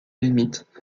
limites